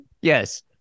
Yes